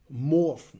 morph